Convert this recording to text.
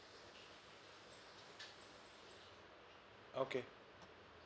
okay